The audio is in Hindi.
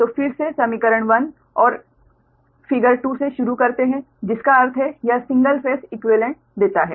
तो फिर से समीकरण 1 और फिगर 2 से शुरू करते है जिसका अर्थ है यह सिंगल फेस इक्वीवेलेंट देता है